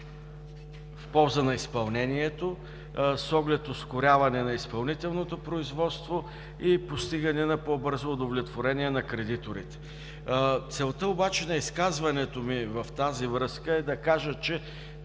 в полза на изпълнението с оглед ускоряване на изпълнителното производство и постигане на по-бързо удовлетворение на кредиторите. Целта на изказването ми в тази връзка е да кажа, че